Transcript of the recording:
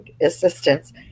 assistance